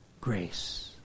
grace